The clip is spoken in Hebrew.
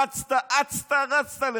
רצת-אצת-רצת לך,